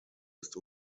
ist